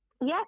Yes